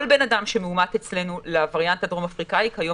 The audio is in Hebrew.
כל בן-אדם שמאומת אצלנו לווריאנט הדרום אפריקאי כיום